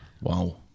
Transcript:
wow